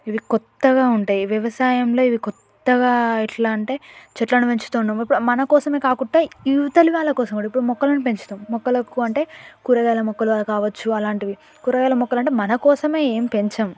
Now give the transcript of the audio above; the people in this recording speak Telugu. ఇవి కొత్తగా ఉంటాయి వ్యవసాయంలో ఇవి కొత్తగా ఎట్లా అంటే చెట్లను పెంచుతున్నాం ఇప్పుడు మన కోసమే కాకుంట ఇవతలి వాళ్ళ కోసం కూడా ఇప్పుడు మొక్కలను పెంచుతాం మొక్కలకు అంటే కూరగాయల మొక్కలు అలా కావచ్చు అలాంటివి కూరగాయల మొక్కలంటే మనకోసమే ఏం పెంచం